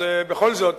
בכל זאת,